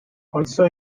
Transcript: also